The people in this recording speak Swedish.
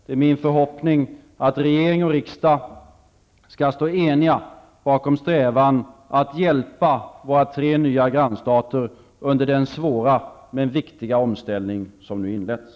Det är min förhoppning att regering och riksdag skall stå eniga bakom strävan att hjälpa våra tre nya grannstater under den svåra men viktiga omställning som nu inletts.